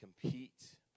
compete